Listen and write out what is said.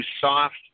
soft